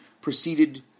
proceeded